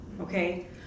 Okay